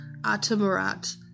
Atamurat